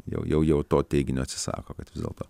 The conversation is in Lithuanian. jau jau jau to teiginio atsisako kad vis dėlto